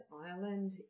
Ireland